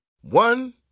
One